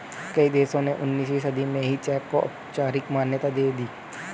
कई देशों ने उन्नीसवीं सदी में ही चेक को औपचारिक मान्यता दे दी